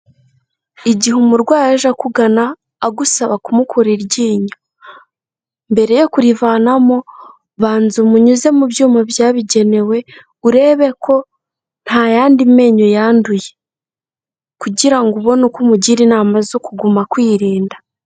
Igihe umurwayi aje akugana agusaba kumukura iryinyo, mbere yo kurivanamo banza umunyuze mu byuma byabigenewe urebe ko nta yandi menyo yanduye, kugira ngo ubone uko umugira inama zo kuguma kwirinda.